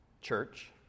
church